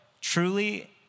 truly